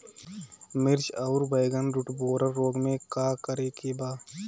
मिर्च आउर बैगन रुटबोरर रोग में का करे के बा?